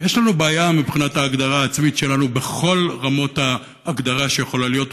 יש לנו בעיה מבחינת ההגדרה העצמית שלנו בכל רמות ההגדרה שיכולות להיות,